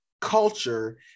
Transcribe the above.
culture